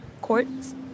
courts